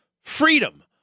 Freedom